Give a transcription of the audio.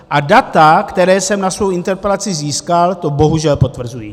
A data, která jsem na svoji interpelaci získal, to bohužel potvrzují.